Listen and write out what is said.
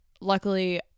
luckily